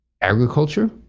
agriculture